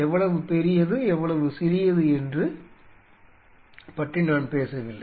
எவ்வளவு பெரியது எவ்வளவு சிறியது என்று பற்றி நான் பேசவில்லை